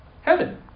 Heaven